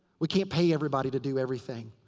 we can't pay everybody to do everything.